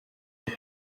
iyo